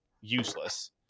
useless